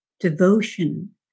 devotion